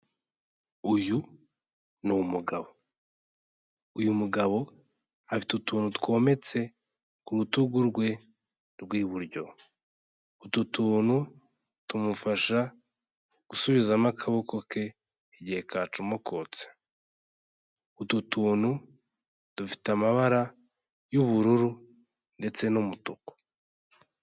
Uyu ni umugabo, uyu mugabo afite utuntu twometse ku rutugu rwe rw'iburyo, utu tuntu tumufasha gusubizamo akaboko ke igihe kacomokotse, utu tuntu dufite amabara y'ubururu ndetse n'umutuku.